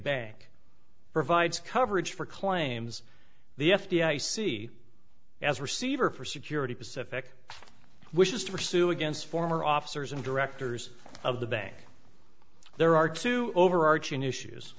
bank provides coverage for claims the f d i c as receiver for security pacific wishes to pursue against former officers and directors of the bank there are two overarching issues